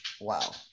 wow